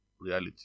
reality